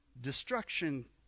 Destruction